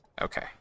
Okay